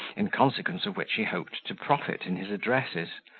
in consequence of which he hoped to profit in his addresses,